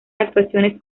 actuaciones